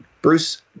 Bruce